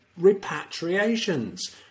Repatriations